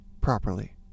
properly